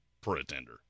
pretender